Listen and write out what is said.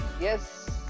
yes